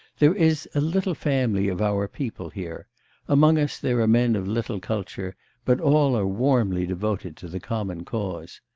there is a little family of our people here among us there are men of little culture but all are warmly devoted to the common cause.